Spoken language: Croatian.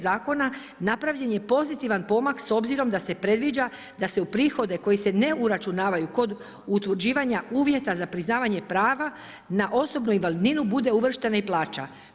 Zakona, napravljen je pozitivan pomak s obzirom da se predviđa, da se u prihode koji se ne uračunavaju, kod utvrđivanja uvjeta za priznavanje prava, na osobnu invalidninu bude uvrštena i plaća.